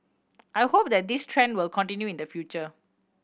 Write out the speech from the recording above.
I hope that this trend will continue in the future